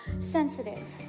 sensitive